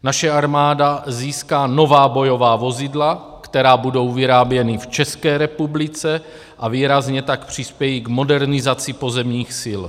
Naše armáda získá nová bojová vozidla, která budou vyráběna v České republice, a výrazně tak přispějí k modernizaci pozemních sil.